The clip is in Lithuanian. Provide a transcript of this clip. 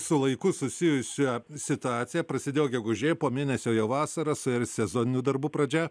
su laiku susijusią situaciją prasidėjo gegužė po mėnesio jau vasara su ja ir sezoninių darbų pradžia